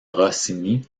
rossini